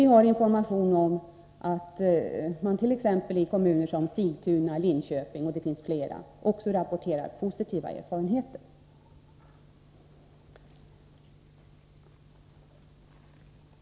Vi har information om att man i kommuner som Sigtuna och Linköping — och det finns fler — rapporterar positiva erfarenheter.